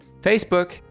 Facebook